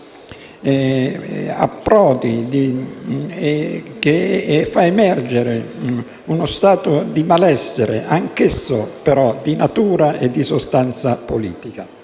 approdi, che fanno emergere uno stato di malessere, anch'esso di natura e di sostanza politica.